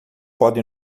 pode